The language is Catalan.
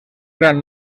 gran